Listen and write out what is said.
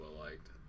well-liked